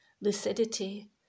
lucidity